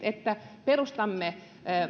että perustamme